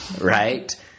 Right